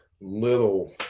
little